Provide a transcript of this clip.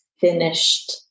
finished